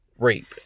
rape